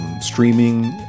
Streaming